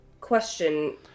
Question